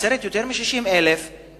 בנצרת יש יותר מ-60,000 נפשות,